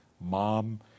mom